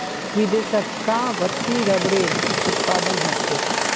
विदेशत कां वत्ते रबरेर उत्पादन ह छेक